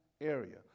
area